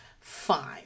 Fine